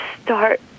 start